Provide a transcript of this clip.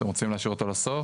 אתם רוצים להשאיר אותו לסוף?